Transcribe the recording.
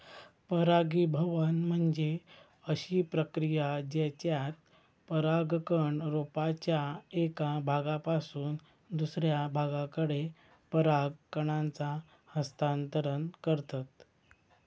परागीभवन म्हणजे अशी प्रक्रिया जेच्यात परागकण रोपाच्या एका भागापासून दुसऱ्या भागाकडे पराग कणांचा हस्तांतरण करतत